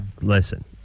Listen